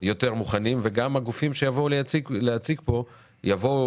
יותר מוכנים וגם הגופים שיבואו להציג כאן יבואו